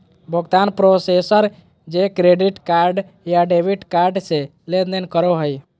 भुगतान प्रोसेसर जे credit card या डेबिट कार्ड से लेनदेन करो हइ